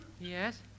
Yes